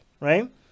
right